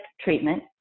treatment